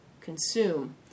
consume